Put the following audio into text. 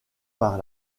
par